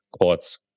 courts